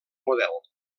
model